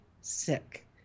sick